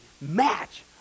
match